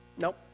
Nope